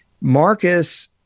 Marcus